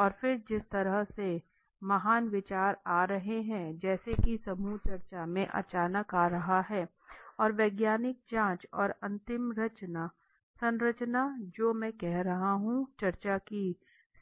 और फिर जिस तरह से महान विचार आ रहे हैं जैसे कि समूह चर्चा में अचानक आ रहा है और वैज्ञानिक जांच और अंतिम संरचना जो मैं कह रहा हूं चर्चा की